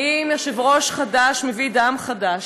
האם יושב-ראש חדש מביא דם חדש?